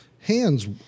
Hands